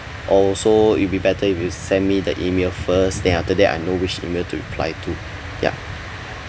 also it'll be better if you send me the email first then after that I know which email to reply to yeah